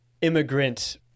immigrant